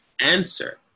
answer